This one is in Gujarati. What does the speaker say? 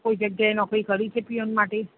કોઈ જગ્યાએ નોકરી કરી છે પ્યુન માટે